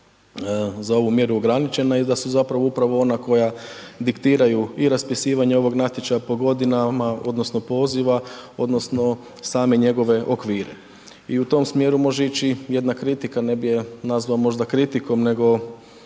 za ovu mjeru ograničena, i da su zapravo upravo ona koja diktiraju i raspisivanju ovog natječaja po godinama odnosno poziva odnosno same njegove okvire i u tom smjeru može ići jedna kritika, ne bi je nazvao možda kritikom, nego